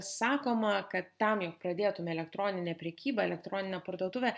sakoma kad tam jog pradėtume elektroninę prekyba elektroninę parduotuvę